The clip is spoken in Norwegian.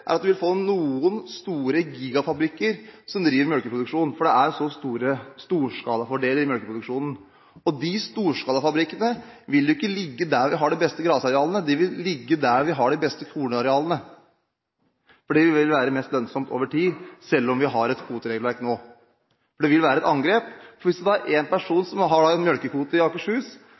er at vi vil få noen gigafabrikker som driver med melkeproduksjon, fordi det er så store storskalafordeler ved melkeproduksjon. Og disse storskalafabrikkene vil jo ikke ligge der hvor vi har de beste gressarealene, de vil ligge der hvor vi har de beste kornarealene. Det vil være mest lønnsomt over tid, selv om vi har et kvoteregelverk nå. Det vil være et angrep. For en person som har en melkekvote i Akershus,